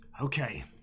okay